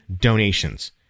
donations